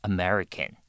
American